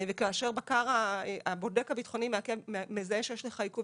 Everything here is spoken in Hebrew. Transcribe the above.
וכאשר הבודק הבטחוני מזהה לך שיש לך עיכוב